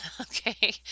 Okay